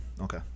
okay